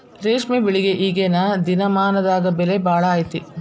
ರೇಶ್ಮೆ ಬೆಳಿಗೆ ಈಗೇನ ದಿನಮಾನದಾಗ ಬೆಲೆ ಭಾಳ ಐತಿ